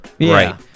Right